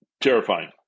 Terrifying